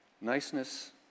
Niceness